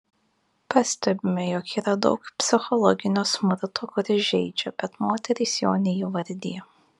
pastebime jog yra daug psichologinio smurto kuris žeidžia bet moterys jo neįvardija